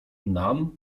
nam